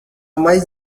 mais